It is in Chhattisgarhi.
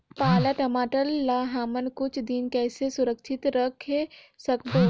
पाला टमाटर ला हमन कुछ दिन कइसे सुरक्षित रखे सकबो?